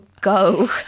go